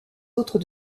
autres